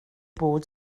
bod